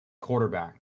quarterback